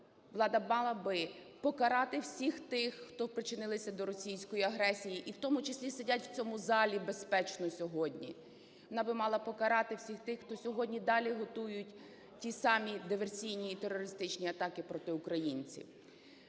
влада мала би покарати всіх тих, хто причинилися до російської агресії, і в тому числі сидять в цьому залі, безпечно, сьогодні. Вона би мала покарати всіх тих, хто сьогодні далі готують ті самі диверсійні і терористичні атаки проти українців.